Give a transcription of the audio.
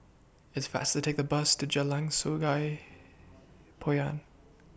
It's faster to Take The Bus to Jalan Sungei Poyan